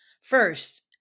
first